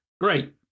Great